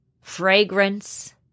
fragrance